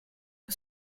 que